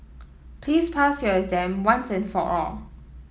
please pass your exam once and for all